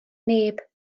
neb